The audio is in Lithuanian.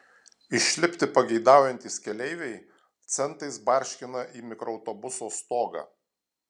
išlipti pageidaujantys keleiviai centais barškina į mikroautobuso stogą